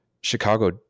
Chicago